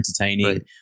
entertaining